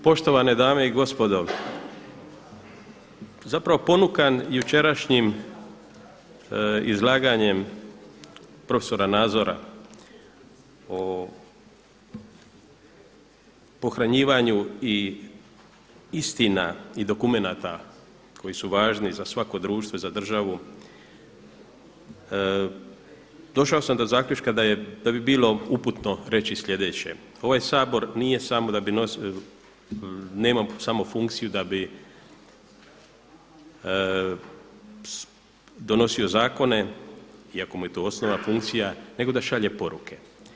Poštovane dame i gospodo, zapravo ponukan jučerašnjim izlaganjem profesora Nazora o pohranjivanju i istina i dokumenata koji su važni za svako društvo i za državu došao sam do zaključka da bi bilo uputno reći slijedeće ovaj Sabor nije samo da bi, nema samo funkciju da bi donosio zakone iako mu je to osnovna funkcija nego da šalje poruke.